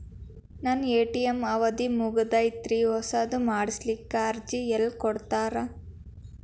ನನ್ನ ಎ.ಟಿ.ಎಂ ಅವಧಿ ಮುಗದೈತ್ರಿ ಹೊಸದು ಮಾಡಸಲಿಕ್ಕೆ ಅರ್ಜಿ ಎಲ್ಲ ಕೊಡತಾರ?